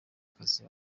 kazi